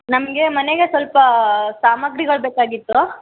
ನಮಗೆ ಮನೆಗೆ ಸ್ವಲ್ಪ ಸಾಮಗ್ರಿಗಳು ಬೇಕಾಗಿತ್ತು